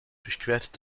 durchquert